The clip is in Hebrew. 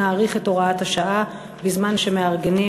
נאריך את הוראת השעה בזמן שמארגנים